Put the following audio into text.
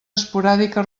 esporàdica